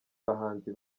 bahanzi